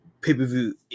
pay-per-view